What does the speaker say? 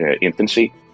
infancy